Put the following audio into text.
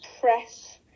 press